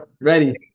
ready